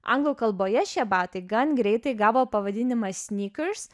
anglų kalboje šie batai gan greitai gavo pavadinimą snykers